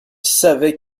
savait